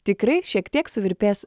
tikrai šiek tiek suvirpės